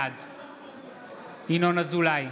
בעד ינון אזולאי,